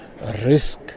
risk